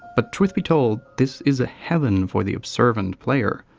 but truth be told, this is a heaven for the observant player.